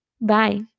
Bye